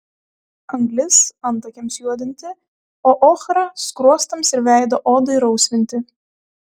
anglis antakiams juodinti o ochra skruostams ir veido odai rausvinti